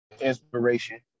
inspiration